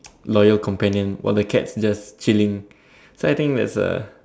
loyal companion while the cat's just chilling so I think that's a